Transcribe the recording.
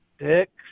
Six